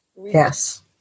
Yes